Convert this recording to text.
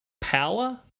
power